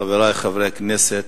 חברי חברי הכנסת,